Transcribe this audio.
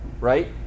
Right